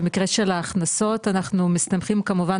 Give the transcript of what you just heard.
במקרה של ההכנסות אנחנו מסתמכים כמובן